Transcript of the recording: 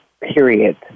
period